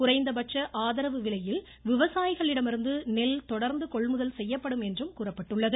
குறைந்தபட்ச ஆதரவு விலையில் விவசாயிகளிடமிருந்து நெல் தொடர்ந்து கொள்முதல் செய்யப்படும்எனவும் கூறப்படடுள்ளது